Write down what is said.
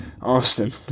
Austin